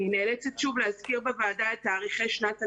אני נאלצת שוב להזכיר בוועדה את תאריכי שנת הלימודים.